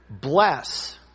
bless